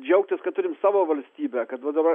džiaugtis kad turim savo valstybę kad va dabar